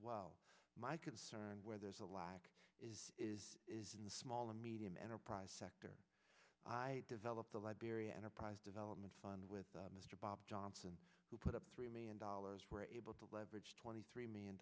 well my concern where there's a lag is is in the small and medium enterprise i developed a liberia enterprise development fund with mr bob johnson who put up three million dollars we're able to leverage twenty three million